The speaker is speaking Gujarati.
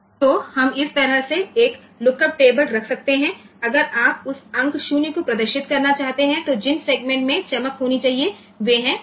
તો આપણે આના જેવું લુકઅપ ટેબલ રાખી શકીએ છીએ અને જો આપણે તે ડિજિટ 0 ને દર્શાવવા માંગતા હોઈએ તો જે સેગમેન્ટ્સ ગ્લો કરવા જોઈએ તે b c d e અને f છે